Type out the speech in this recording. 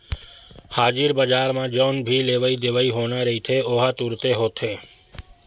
हाजिर बजार म जउन भी लेवई देवई होना रहिथे ओहा तुरते होथे